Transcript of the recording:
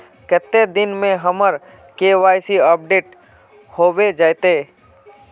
कते दिन में हमर के.वाई.सी अपडेट होबे जयते?